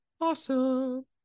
awesome